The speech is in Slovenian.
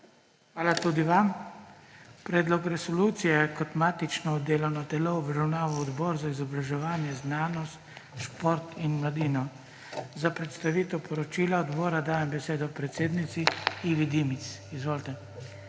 Hvala tudi vam. Predlog resolucije je kot matično delovno telo obravnaval Odbora za izobraževanje, znanost, šport in mladino. Za predstavitev poročila odbora dajem besedo predsednici Ivi Dimic. Izvolite.